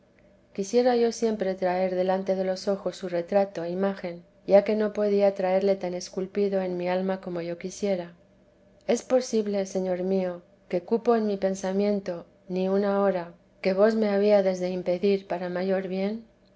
quisiera yo siempre traer delante de los ojos su retrato e imagen ya que no podía traerle tan esculpido en mi alma como yo quisiera es posible señor mío que cupo en mi pensamiento ni una hora que vos me habíades de impedir para mayor bien